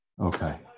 okay